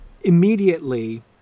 immediately